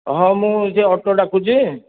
ହଉ ମୁଁ ଯେ ଅଟୋ ଡାକୁଛି